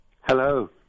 Hello